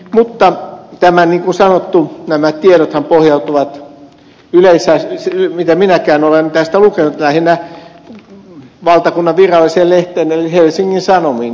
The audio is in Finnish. mutta niin kuin sanottu nämä tiedothan pohjautuvat yleensä mitä minäkään olen tästä lukenut lähinnä valtakunnan viralliseen lehteen eli helsingin sanomiin